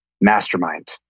mastermind